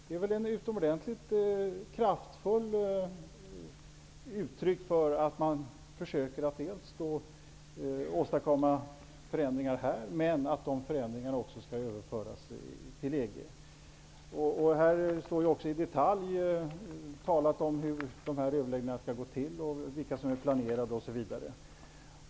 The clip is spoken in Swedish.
Det är väl ett utomordentligt kraftfullt uttryck för att man försöker åstadkomma förändringar här, men också för att de förändringarna skall överföras till EG. I skrivelsen står också talat i detalj om hur överläggningarna skall gå till, vilka som är planerade osv.